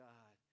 God